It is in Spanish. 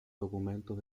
documentos